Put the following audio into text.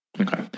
Okay